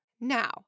Now